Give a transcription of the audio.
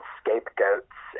scapegoats